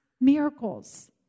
miracles